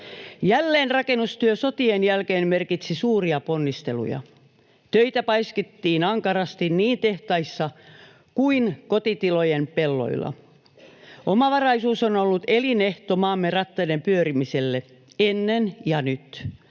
Jälleenrakennustyö sotien jälkeen merkitsi suuria ponnisteluja. Töitä paiskittiin ankarasti niin tehtaissa kuin kotitilojen pelloilla. Omavaraisuus on ollut elinehto maamme rattaiden pyörimiselle ennen ja nyt.